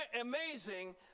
amazing